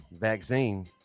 vaccine